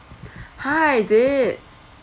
!huh! is it